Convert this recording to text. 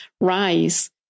Rise